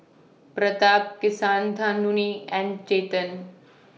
Pratap Kasinadhuni and Chetan